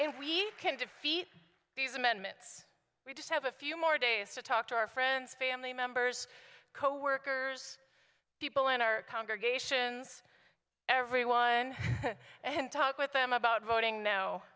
and we can defeat these amendments we just have a few more days to talk to our friends family members coworkers people in our congregations everyone and talk with them about voting now